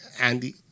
Andy